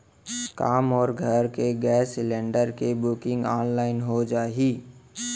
का मोर घर के गैस सिलेंडर के बुकिंग ऑनलाइन हो जाही?